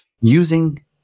using